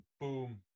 boom